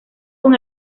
con